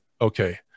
Okay